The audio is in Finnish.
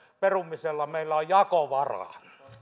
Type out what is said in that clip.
perumisen myötä meillä on jakovaraa